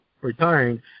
retiring